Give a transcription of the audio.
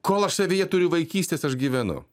kol aš savyje turiu vaikystės aš gyvenu